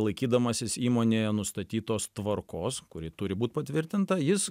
laikydamasis įmonėje nustatytos tvarkos kuri turi būt patvirtinta jis